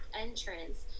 entrance